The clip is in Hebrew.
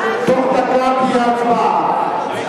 בתוך דקה תהיה הצבעה.